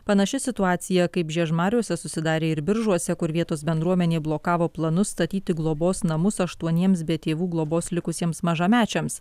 panaši situacija kaip žiežmariuose susidarė ir biržuose kur vietos bendruomenė blokavo planus statyti globos namus aštuoniems be tėvų globos likusiems mažamečiams